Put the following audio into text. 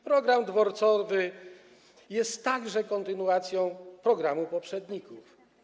Program dworcowy jest także kontynuacją programu poprzedników.